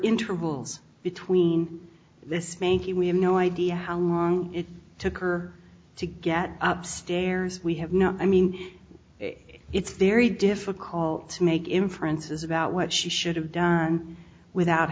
intervals between this thank you we have no idea how long it took her to get up stairs we have not i mean it's very difficult to make inferences about what she should have done without